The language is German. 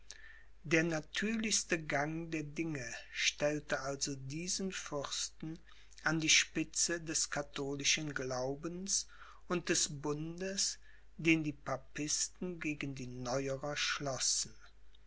der natürlichste gang der dinge stellte also diesen fürsten an die spitze des katholischen glaubens und des bundes den die papisten gegen die neuerer schlossen